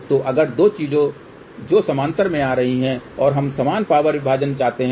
तो अगर दो चीजें जो समानांतर में आ रही हैं और हम समान पावर विभाजन चाहते हैं